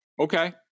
okay